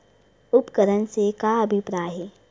उपकरण से का अभिप्राय हे?